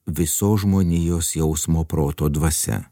visos žmonijos jausmo proto dvasia